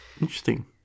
Interesting